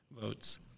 votes